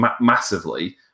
massively